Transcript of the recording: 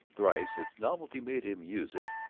thrice its novelty made him use it,